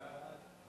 סעיפים 1 4